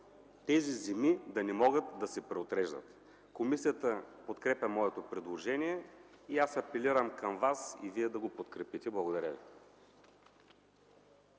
тези земи да не могат да се преотреждат. Комисията подкрепя моето предложение и аз апелирам към вас и вие да го подкрепите. Благодаря ви.